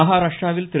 மஹாராஷ்டிராவில் திரு